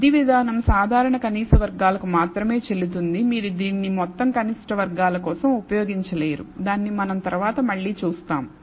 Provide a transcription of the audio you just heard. వృద్ధి విధానం సాధారణ కనీస వర్గాలకు మాత్రమే చెల్లుతుంది మీరు దీన్ని మొత్తం కనిష్ట వర్గాల కోసం ఉపయోగించలేరు దాన్ని మనం తరువాత మళ్ళీ చూస్తాము